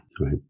right